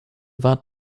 war